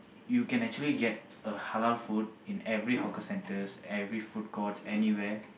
you can actually get a halal food in every hawker centre every food court anywhere